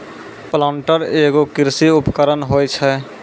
planter एगो कृषि उपकरण होय छै